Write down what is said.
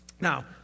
Now